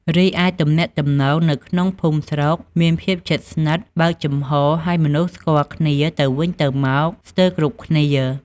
រីឯ ទំនាក់ទំនងសង្គម នៅភូមិស្រុកមានភាពជិតស្និទ្ធ បើកចំហរ ហើយមនុស្សស្គាល់គ្នាទៅវិញទៅមកស្ទើរគ្រប់គ្នា។